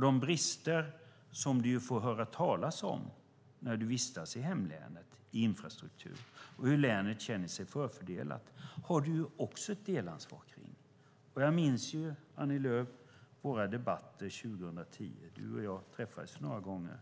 De brister i infrastruktur du får höra talas om när du vistas i hemlänet och att länet känner sig förfördelat har du också ett delansvar i. Jag minns våra debatter 2010, Annie Lööf. Du och jag träffades några gånger.